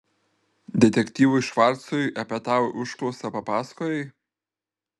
detektyvui švarcui apie tą užklausą papasakojai